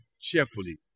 cheerfully